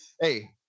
Hey